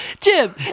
Jim